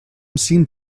seemed